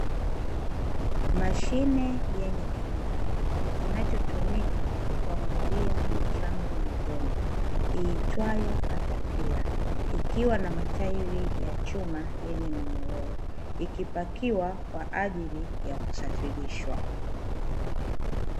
Mashine yenye kijiko, kinachotumika kukwangulia michanga na udongo iitwayo katapila, ikiwa na matairi ya chuma yenye minyororo, ikipakiwa kwaajili ya kusafirishwa.